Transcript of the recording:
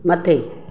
मथे